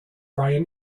bryan